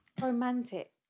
Romantic